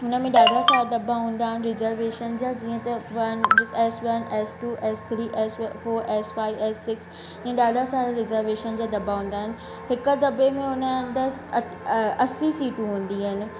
हुनमें ॾाढा सारा दॿा हूंदा आहिनि रिजरवेशन जा जीअं त one S one S two S three S four S five S six हीअं ॾाढा सारा रिज़रवेशन जा दॿा हूंदा आहिनि हिक दॿे में हुनजे अंदरि अठ ऐं असी सीटूं हूंदी आहिनि